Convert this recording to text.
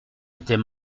était